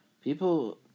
people